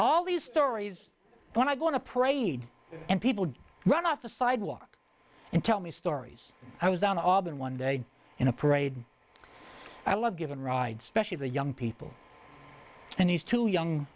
all these stories when i go on a parade and people run off the sidewalk and tell me stories i was down all but one day in a parade i love given rides specially to young people and these two young